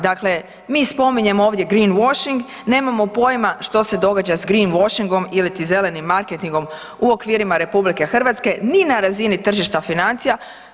Dakle, mi spominjemo ovdje Greenwasching, nemamo pojma što se događa s Greenwaschingom iliti zelenim marketingom u okvirima RH ni na razini tržišta financija.